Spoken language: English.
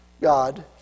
God